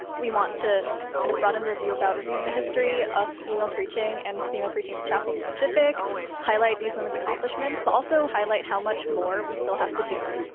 we want to kind of broaden their view about reviewing the history of female preaching and female preaching in the chapel, and specific highlight these women's accomplishments but also highlight how much more we still have to do.